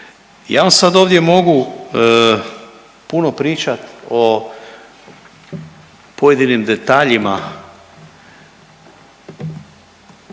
Ja vam sad ovdje mogu puno pričati o pojedinim detaljima